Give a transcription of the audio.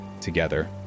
together